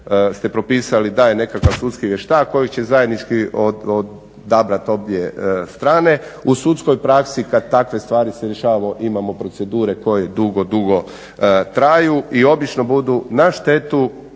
ste propisali daje nekakav sudski vještak koji će zajednički odabrati obje strane. U sudskoj praksi kad takve stvari se rješavaju imamo procedure koje dugo, dugo traju i obično budu na štetu